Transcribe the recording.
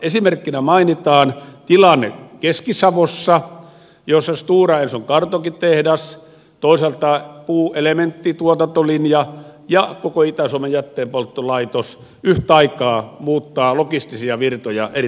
esimerkkinä mainitaan tilanne keski savossa jossa stora enson kartonkitehdas toisaalta puuelementtituotantolinja ja koko itä suomen jätteenpolttolaitos yhtä aikaa muuttavat logistisia virtoja erittäin paljon